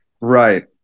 Right